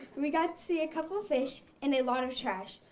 and we got to see a couple fish and a lot of trash.